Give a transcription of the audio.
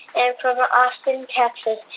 and from austin, texas.